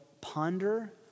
ponder